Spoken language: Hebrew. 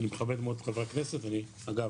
אני מכבד מאוד את חברי הכנסת, אגב,